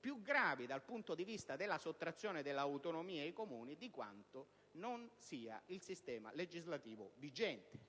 più gravi dal punto di vista della sottrazione dell'autonomia ai Comuni di quanto non sia il sistema legislativo vigente.